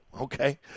okay